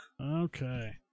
Okay